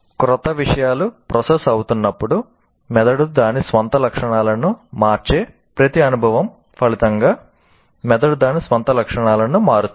క్రొత్త విషయాలు ప్రాసెస్ అవుతున్నప్పుడు మెదడు దాని స్వంత లక్షణాలను మార్చే ప్రతి అనుభవం ఫలితంగా మెదడు దాని స్వంత లక్షణాలను మారుస్తుంది